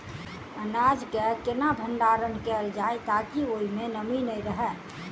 अनाज केँ केना भण्डारण कैल जाए ताकि ओई मै नमी नै रहै?